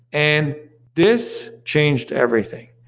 and this changed everything,